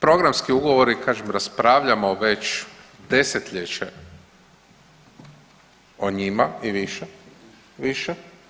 Programski ugovori, kažem raspravljamo već desetljeće o njima i više, više.